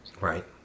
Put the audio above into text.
Right